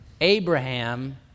Abraham